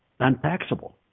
untaxable